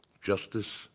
justice